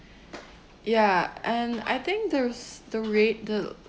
ya and I think there's the rate the